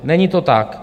Není to tak.